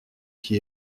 qui